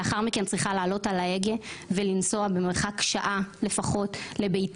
לאחר מכן אני צריכה לעלות על ההגה ולנסוע מרחק של שעה לפחות לביתי.